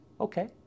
okay